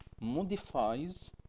modifies